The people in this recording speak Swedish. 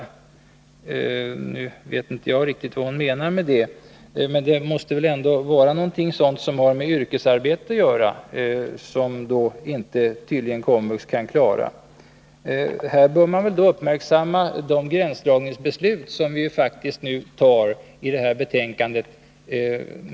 Jag vet inte riktigt vad hon menade med det, men det måste väl vara något som har med yrkesarbete att göra, som KOMVUX tydligen inte kan klara. Här bör man då uppmärksamma det beslut om gränsdragning mellan KOMVUX och folkbildning som vi nu fattar i och med detta betänkande.